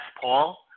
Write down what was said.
Paul